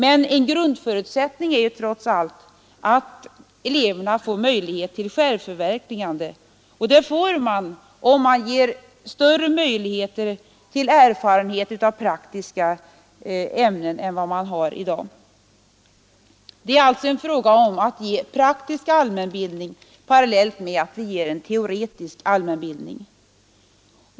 En grundförutsättning är trots allt att eleverna får möjlighet till självförverkligande, och det får de med större möjligheter till erfarenhet av praktiska ämnen än de har i dag. Det är alltså en fråga om att ge dem praktisk allmänbildning parallellt med att vi ger dem en teoretisk allmänbildning.